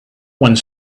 one